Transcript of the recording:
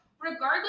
regardless